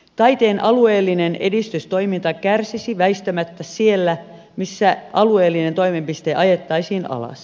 taiteen alueellinen edistystoiminta kärsisi väistämättä siellä missä alueellinen toimipiste ajettaisiin alas